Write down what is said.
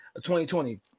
2020